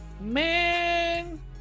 Man